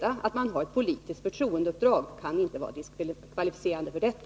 Att man har ett politiskt förtroendeuppdrag kan inte vara diskvalificerande för detta.